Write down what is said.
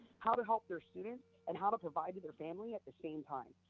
how to help their students and how to provide to their family at the same time.